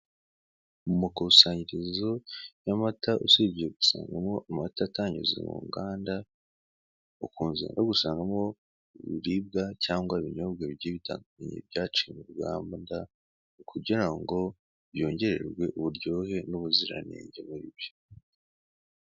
Mumakusanyirizo y'amata usibye gusangamo amata atanyuze muganda ukunze no gusangamo ibiribwa cyangwa ibinyobwa bigiye bitandukanye byaciye mu ruganda kugirango byongererwe uburyohe n'ubuziranenge muribyo.